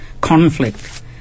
conflict